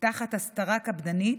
תחת הסתרה קפדנית,